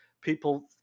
People